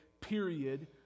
period